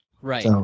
right